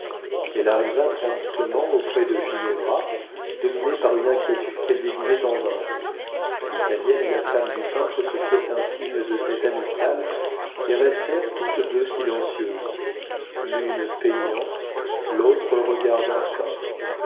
elle arriva promptement auprès de ginevra dominée par une inquiétude qu'elle déguisait en vain l'italienne et la femme du peintre se firent un signe de tête amical et restèrent toutes deux silencieuses l'une peignant l'autre regardant